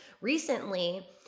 recently